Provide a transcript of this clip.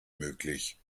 möglich